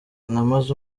namaze